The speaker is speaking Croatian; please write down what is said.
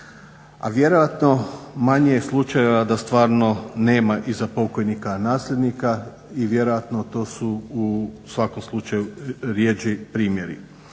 A vjerojatno manje je slučajeva da stvarno nema iza pokojnika nasljednika i vjerojatno to su u svakom slučaju rjeđi primjeri.